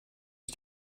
ich